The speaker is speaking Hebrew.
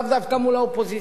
לאו דווקא מול האופוזיציה.